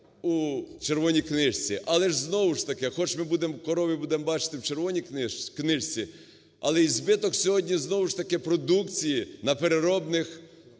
у Червоній книжці. Але ж знову ж таки, хоч ми будемо, корови будемо бачити в Червоній книжці. Алеізбиток сьогодні знову ж таки продукції на переробних